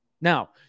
now